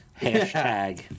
Hashtag